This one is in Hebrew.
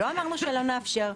לא אמרנו שלא נאפשר,